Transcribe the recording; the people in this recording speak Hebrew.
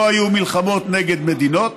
לא היו מלחמות נגד מדינות